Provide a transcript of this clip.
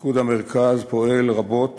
פיקוד המרכז פועל רבות